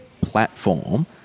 platform